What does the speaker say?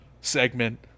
segment